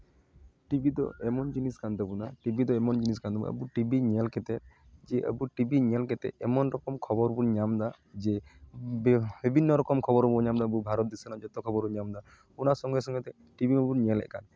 TV ᱫᱚ ᱮᱢᱚᱱ ᱡᱤᱱᱤᱥ ᱠᱟᱱ ᱛᱟᱵᱳᱱᱟ ᱴᱤᱵᱷᱤ ᱫᱚ ᱮᱢᱚᱱ ᱡᱤᱱᱤᱥ ᱠᱟᱱ ᱛᱟᱵᱳᱱᱟ ᱟᱵᱳ ᱴᱤᱵᱷᱤ ᱧᱮᱞ ᱠᱟᱛᱮᱫ ᱡᱮ ᱟᱵᱚ ᱴᱤᱵᱷᱤ ᱧᱮᱞ ᱠᱟᱛᱮᱫ ᱮᱢᱚᱱ ᱨᱚᱠᱚᱢ ᱠᱷᱚᱵᱚᱨ ᱵᱚᱱ ᱧᱟᱢ ᱮᱫᱟ ᱡᱮ ᱵᱤᱵᱷᱤᱱᱱᱚ ᱨᱚᱠᱚᱢ ᱠᱷᱚᱵᱚᱨ ᱵᱚᱱ ᱧᱟᱢ ᱮᱫᱟ ᱟᱵᱚ ᱵᱷᱟᱨᱚᱛ ᱫᱤᱥᱚᱢ ᱨᱮᱭᱟᱜ ᱡᱚᱛᱚ ᱠᱷᱚᱵᱚᱨ ᱵᱚᱱ ᱧᱟᱢ ᱮᱫᱟ ᱚᱱᱟ ᱥᱚᱸᱜᱮ ᱥᱚᱸᱜᱮ ᱛᱮ ᱴᱤᱵᱷᱤ ᱢᱟᱵᱚᱱ ᱧᱮᱞᱮᱫ ᱠᱟᱱ